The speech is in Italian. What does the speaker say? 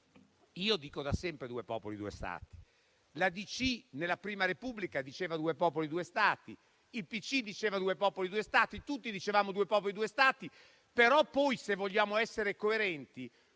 Io dico da sempre "due popoli, due Stati". La DC, nella Prima Repubblica, diceva "due popoli, due Stati". Il PCI diceva "due popoli, due Stati". Tutti dicevamo "due popoli, due Stati", poi però, se vogliamo essere coerenti,